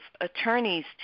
attorneys